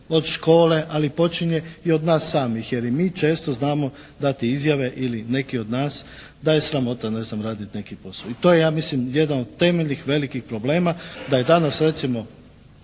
od škole ali počinje i od nas samih. Jer i mi često znamo dati izjave ili neki od nas da je sramota, ne znam, raditi neki posao. I to je ja mislim jedan od temeljnih velikih problema da je danas recimo